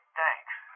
thanks